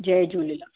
Jay Jhulelal